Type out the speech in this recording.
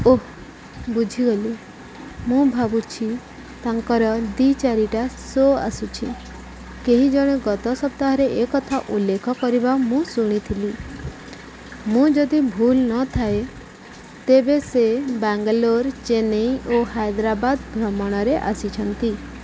ଓଃ ବୁଝିଗଲି ମୁଁ ଭାବୁଛି ତାଙ୍କର ଦୁଇ ଚାରିଟା ଶୋ ଆସୁଛି କେହି ଜଣେ ଗତ ସପ୍ତାହରେ ଏ କଥା ଉଲ୍ଲେଖ କରିବା ମୁଁ ଶୁଣିଥିଲି ମୁଁ ଯଦି ଭୁଲ୍ ନ ଥାଏ ତେବେ ସେ ବାଙ୍ଗାଲୋର ଚେନ୍ନାଇ ଓ ହାଇଦ୍ରାବାଦ ଭ୍ରମଣରେ ଆସୁଛନ୍ତି